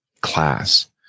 class